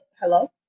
hello